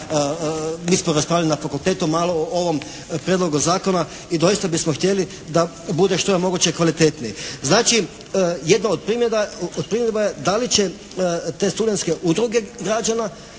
mi smo raspravljali na fakultetu malo o ovom Prijedlogu zakona i doista bismo htjeli da bude što je moguće kvalitetniji. Znači jedno od primjedba je da li će te studentske udruge građana